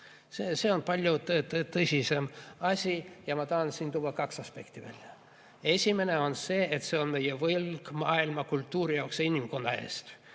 see on palju tõsisem asi ja ma tahan siin tuua kaks aspekti välja. Esimene on see, et see on meie võlg maailmakultuuri ees ja inimkonna ees.